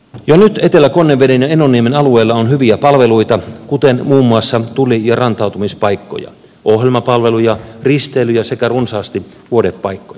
jo nyt etelä konneveden ja enonniemen alueilla on hyviä palveluita kuten muun muassa tuli ja rantautumispaikkoja ohjelmapalveluja risteilyjä sekä runsaasti vuodepaikkoja